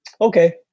okay